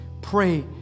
Pray